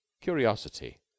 curiosity